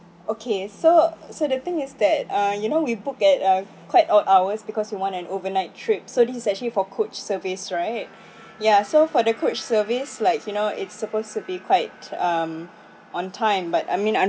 okay so so the thing is that uh you know we book at a quite odd hours because we want an overnight trip so this is actually for coach service right ya so for the coach service like you know it's supposed to be quite um on time but I mean un~